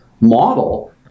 model